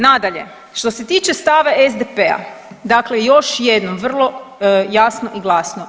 Nadalje, što se tiče stava SDP-a, dakle još jednom vrlo jasno i glasno.